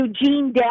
Eugene